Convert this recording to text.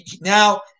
now